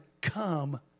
come